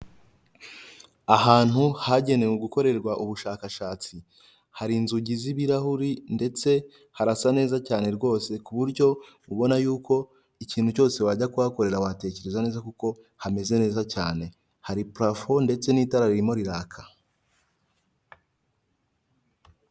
Ahantu hagenewe gukorerwa ubushakashatsi hari inzugi z'ibirahuri, ndetse harasa neza cyane rwose ku buryo ubona yuko ikintu cyose wajya kuhakorera watekereza neza, kuko hameze neza cyane hari purafo ndetse n'itara ririmo riraka.